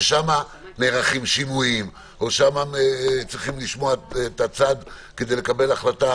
ששם נערכים שימועים או שם צריכים לשמוע צד מסוים כדי לקבל החלטה.